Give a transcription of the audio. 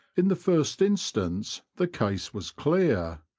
in the first instance the case was clear,